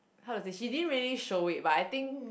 how to say she didn't really show it but I think